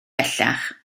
bellach